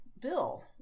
Bill